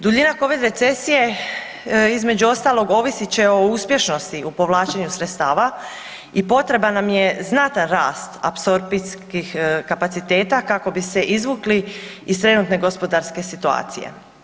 Duljina covid recesije između ostalog ovisit će o uspješnosti u povlačenju sredstava i potreba nam je znatan rast apsorpcijskih kapaciteta kako bi se izvukli iz trenutne gospodarske situacije.